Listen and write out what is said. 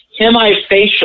Hemifacial